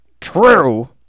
true